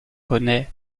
poney